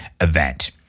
event